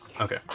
Okay